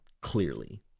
clearly